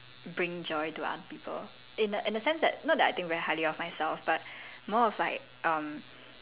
bring joy to other people in the in the sense that not that I think very highly of myself but more of like um